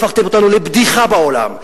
הפכתם אותנו לבדיחה בעולם,